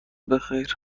بخیر